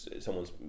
someone's